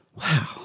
Wow